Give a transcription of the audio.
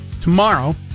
tomorrow